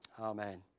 Amen